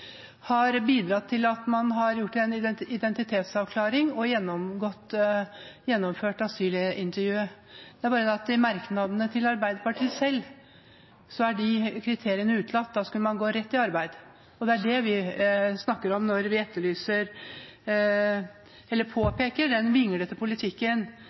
har bidratt til identitetsavklaring og har gjennomført asylintervjuet. Men i merknadene fra Arbeiderpartiet er de kriteriene utelatt, og man skal gå rett i arbeid. Det er det vi snakker om når vi påpeker den vinglete politikken til Arbeiderpartiet, og når vi etterlyser et politisk lederskap som har konsistens i den